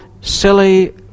silly